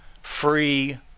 free